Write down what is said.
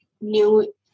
new